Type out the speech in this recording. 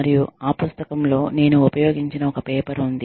మరియు ఆ పుస్తకంలో నేను ఉపయోగించిన ఒక పేపర్ ఉంది